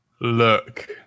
Look